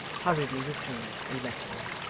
hurriedly withdrew, and left them.